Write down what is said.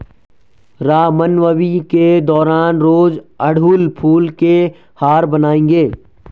रामनवमी के दौरान रोज अड़हुल फूल के हार बनाएंगे